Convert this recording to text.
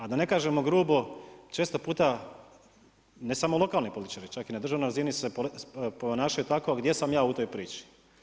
A da ne kažemo grubo često puta ne samo lokalni političari, čak i na državnoj razini se ponašaju tako a gdje sam ja u toj priči.